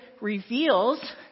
reveals